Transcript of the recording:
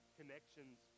connections